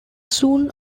soon